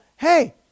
hey